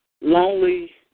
lonely